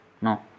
No